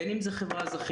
בין אם זה חברה אזרחית,